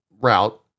route